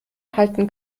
halten